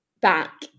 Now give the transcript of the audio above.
back